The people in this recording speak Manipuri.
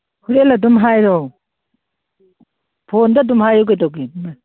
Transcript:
ꯍꯣꯔꯦꯟ ꯑꯗꯨꯝ ꯍꯥꯏꯔꯣ ꯐꯣꯟꯗ ꯑꯗꯨꯝ ꯍꯥꯏꯌꯨ ꯀꯩꯗꯧꯒꯦ ꯏꯃꯥꯏ